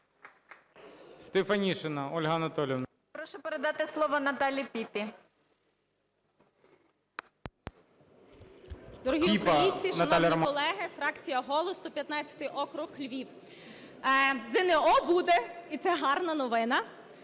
Шановні українці, шановні колеги! Фракція "Голос", 115 округ, Львів. ЗНО буде, і це гарна новина.